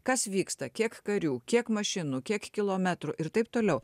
kas vyksta kiek karių kiek mašinų kiek kilometrų ir taip toliau